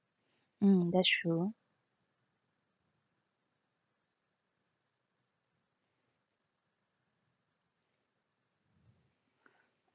mm that's true